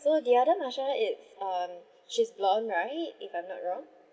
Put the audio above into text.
so the other marsha is um she's blonde right if I'm not wrong